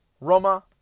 Roma